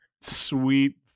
sweet